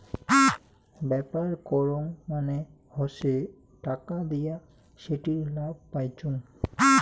ব্যাপার করং মানে হসে টাকা দিয়া সেটির লাভ পাইচুঙ